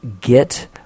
get